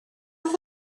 oedd